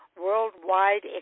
Worldwide